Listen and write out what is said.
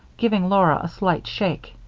giving laura a slight shake.